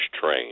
train